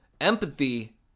Empathy